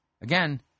Again